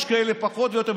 יש כאלה פחות ויותר.